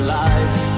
life